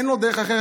אין לו דרך אחרת,